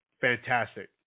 fantastic